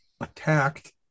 attacked